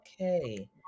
okay